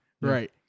Right